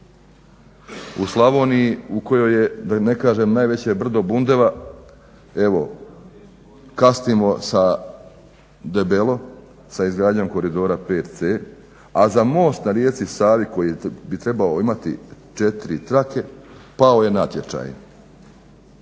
U Slavoniji u kojoj je da ne kažem najveće brdo bundeva, evo kasnimo debelo sa izgradnjom koridora 5 c, a za most na rijeci Savi koji bi trebao imati četiri trake pao je natječaj